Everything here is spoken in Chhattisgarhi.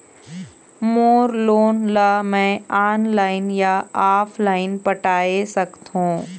मोर लोन ला मैं ऑनलाइन या ऑफलाइन पटाए सकथों?